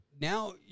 now